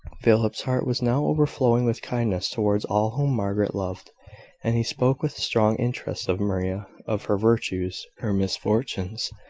philip's heart was now overflowing with kindness towards all whom margaret loved and he spoke with strong interest of maria, of her virtues, her misfortunes,